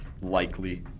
Likely